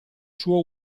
suo